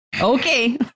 okay